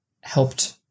helped